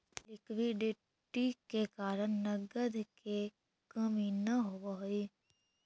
liquidity के कारण नगद के कमी न होवऽ हई